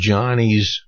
Johnny's